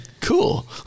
cool